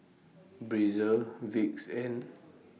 Breezer Vicks and